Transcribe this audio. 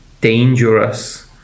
dangerous